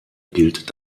gilt